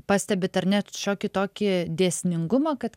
pastebit ar ne šiokį tokį dėsningumą kad